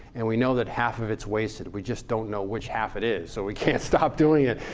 and we know that half of it's wasted, we just don't know which half it is. so we can't stop doing it.